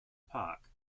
park